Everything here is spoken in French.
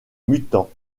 mutant